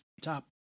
top